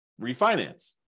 refinance